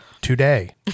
today